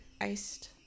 iced